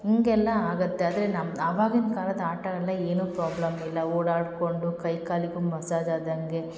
ಹಿಂಗೆ ಎಲ್ಲ ಆಗುತ್ತೆ ಆದರೆ ನಮ್ದು ಆವಾಗಿನ ಕಾಲದ ಆಟ ಎಲ್ಲ ಏನು ಪ್ರೋಬ್ಲಮ್ ಇಲ್ಲ ಓಡಾಡ್ಕೊಂಡು ಕೈ ಕಾಲಿಗು ಮಸಾಜ್ ಆದಂಗೆ